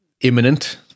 imminent